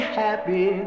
happy